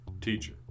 Teacher